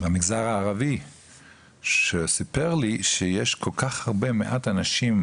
במגזר הערבי שסיפר לי שיש כל כך מעט אנשים